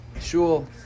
shul